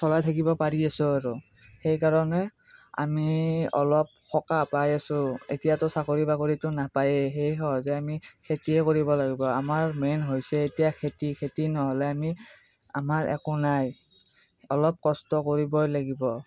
চলাই থাকিব পাৰি আছো আৰু সেইকাৰণে আমি অলপ সকাহ পাই আছো এতিয়াতো চাকৰি বাকৰিতো নাপায়ে সেই সহজে আমি খেতিয়ে কৰিব লাগিব আমাৰ আমাৰ মেইন হৈছে এতিয়া খেতি খেতি নহ'লে আমি আমাৰ একো নাই অলপ কষ্ট কৰিবই লাগিব